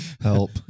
Help